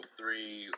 three